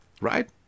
right